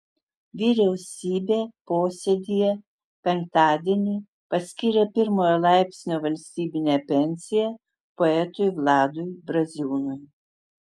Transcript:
vyriausybė posėdyje penktadienį paskyrė pirmojo laipsnio valstybinę pensiją poetui vladui braziūnui